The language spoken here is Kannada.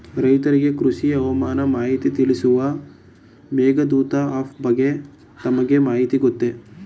ರೈತರಿಗೆ ಕೃಷಿ ಹವಾಮಾನ ಮಾಹಿತಿ ತಿಳಿಸುವ ಮೇಘದೂತ ಆಪ್ ಬಗ್ಗೆ ತಮಗೆ ಮಾಹಿತಿ ಗೊತ್ತೇ?